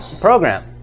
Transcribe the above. program